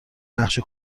نقشه